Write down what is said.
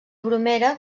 bromera